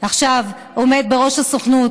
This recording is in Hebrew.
עכשיו בראש הסוכנות